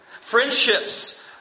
Friendships